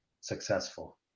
successful